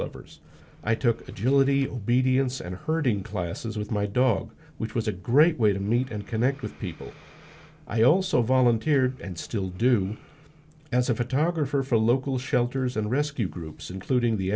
lovers i took agility obedience and herding classes with my dog which was a great way to meet and connect with people i also volunteered and still do as a photographer for local shelters and rescue groups including the